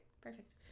Perfect